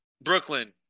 Brooklyn